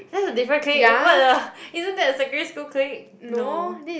that's a different clique what the isn't that the secondary school clique no